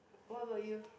what about you